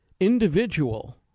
individual